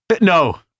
No